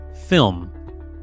Film